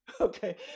okay